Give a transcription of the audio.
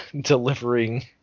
delivering